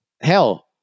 Hell